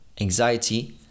anxiety